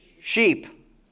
Sheep